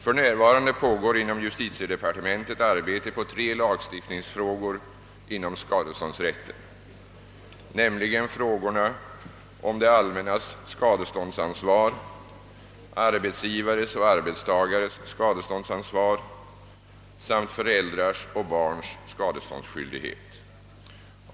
För närvarande pågår inom justitiedepartementet arbete på tre lagstiftningsfrågor inom <:skadeståndsrätten, nämligen frågorna om det allmännas skadeståndsansvar, arbetsgivares och arbetstagares skadeståndsansvar samt föräldrars och barns skadeståndsskyldighet.